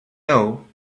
know